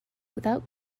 without